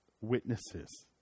witnesses